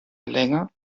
länge